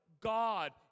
God